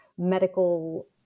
medical